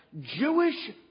Jewish